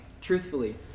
truthfully